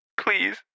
Please